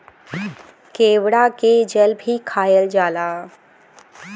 केवड़ा के जल भी खायल जाला